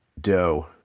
dough